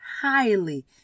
highly